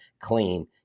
clean